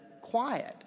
quiet